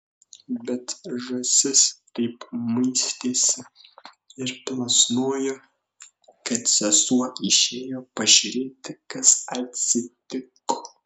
bet žąsis taip muistėsi ir plasnojo kad sesuo išėjo pažiūrėti kas atsitiko